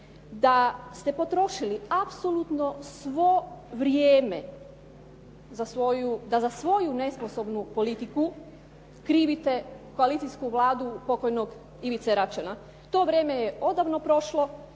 da ste potrošili apsolutno svo vrijeme za svoju, da za svoju nesposobnu politiku krivite koalicijsku vladu pokojnog Ivice Račana. To vrijeme je odavno prošlo